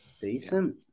Decent